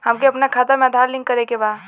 हमके अपना खाता में आधार लिंक करें के बा?